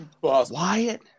Wyatt